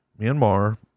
Myanmar